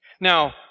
Now